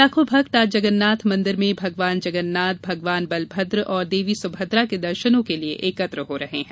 लाखों भक्त आज जगन्नाथ मन्दिर में भगवान जगन्नाथ भगवान बलभद्र और देवी सुभद्रा के दर्शनों के लिए एकत्र हो रहे हैं